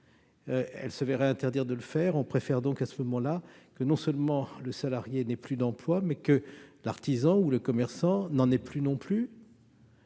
elle se verrait interdire de le faire. On préfère donc dans ce cas que non seulement le salarié n'ait plus d'emplois, mais que l'artisan ou le commerçant n'en ait plus non plus